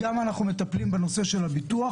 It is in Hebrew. ואנחנו מטפלים גם בנושא הביטוח.